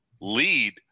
lead